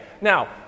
Now